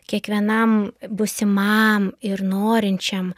kiekvienam būsimam ir norinčiam